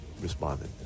responded